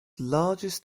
largest